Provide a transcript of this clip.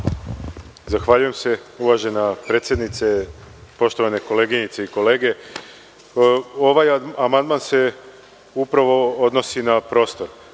Zahvaljujem. Uvažena predsednice, poštovane koleginice i kolege, ovaj amandman se odnosi na prostor.